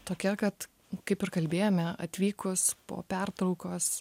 tokia kad kaip ir kalbėjome atvykus po pertraukos